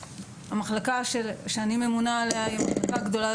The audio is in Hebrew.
המחלקה שאני ממונה עליה היא המחלקה הגדולה